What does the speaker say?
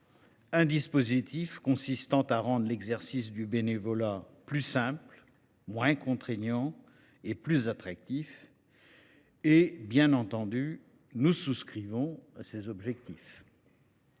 un dispositif consistant à rendre l’exercice du bénévolat plus simple, moins contraignant et plus attrayant. Bien entendu, nous souscrivons à ces objectifs.